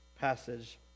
passage